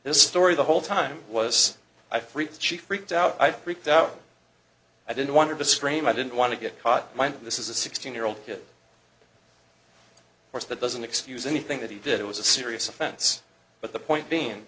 this story the whole time was i freaked she freaked out i freaked out i didn't want to scream i didn't want to get caught my eye this is a sixteen year old course that doesn't excuse anything that he did it was a serious offense but the point being